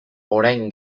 orain